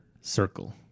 circle